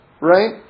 right